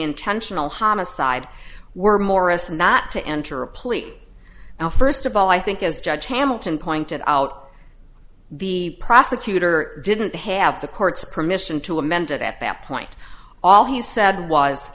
intentional homicide were morris not to enter a plea now first of all i think as judge hamilton pointed out the prosecutor didn't have the court's permission to amend it at that point all he said was